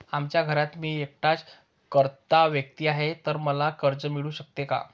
आमच्या घरात मी एकटाच कर्ता व्यक्ती आहे, तर मला कर्ज मिळू शकते का?